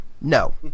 No